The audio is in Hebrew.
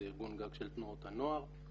זה ארגון גג של תנועות הנוער.